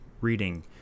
reading